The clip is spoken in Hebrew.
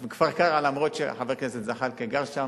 כפר-קרע, אפילו שחבר הכנסת זחאלקה גר שם,